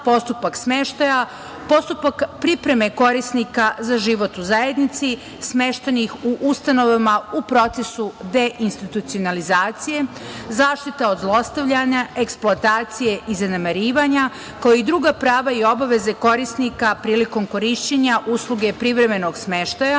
postupak smeštaja, postupak pripreme korisnika za život u zajednici smeštenih u ustanovama u procesu deinstitucionalizacije, zaštita od zlostavljanja, eksploatacije i zanemarivanja kao i druga prava i obaveze korisnika prilikom korišćenja usluge privremenog smeštaja